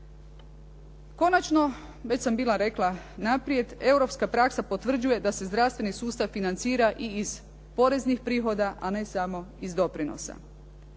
Konačno, već sam bila rekla naprijed, europska praksa potvrđuje da se zdravstveni sustav financira i iz poreznih prihoda, a ne samo iz doprinosa.